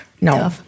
No